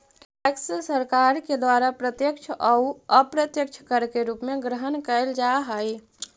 tax सरकार के द्वारा प्रत्यक्ष अउ अप्रत्यक्ष कर के रूप में ग्रहण कैल जा हई